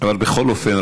אבל בכל אופן,